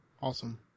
Awesome